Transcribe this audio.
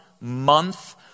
month